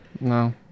no